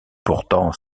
pourtant